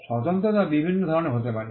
স্বতন্ত্রতা বিভিন্ন ধরণের হতে পারে